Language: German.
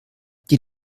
die